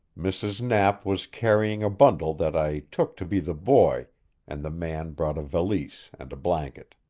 mrs. knapp was carrying a bundle that i took to be the boy and the man brought a valise and a blanket.